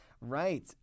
Right